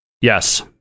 Yes